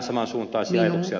arvoisa puhemies